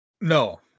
No